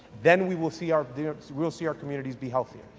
then we will see our we'll see our communities be healthier.